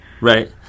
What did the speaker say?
Right